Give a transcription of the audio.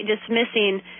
Dismissing